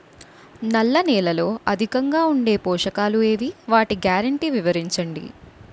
నల్ల నేలలో అధికంగా ఉండే పోషకాలు ఏవి? వాటి గ్యారంటీ వివరించండి?